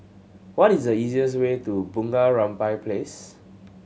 what is the easiest way to Bunga Rampai Place